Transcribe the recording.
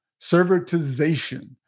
servitization